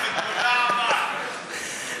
תודה רבה.